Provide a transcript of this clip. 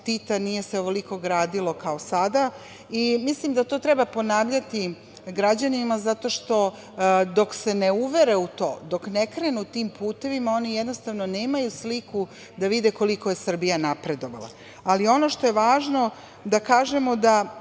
Tita nije se ovoliko gradilo kao sada. Mislim da to treba ponavljati građanima zato što dok se ne uvere u to, dok ne krenu tim putevima oni jednostavno nemaju sliku da vide koliko je Srbija napredovala. Ono što je važno da kažemo da